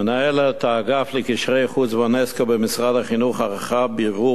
מנהלת האגף לקשרי חוץ במשרד החינוך ערכה בירור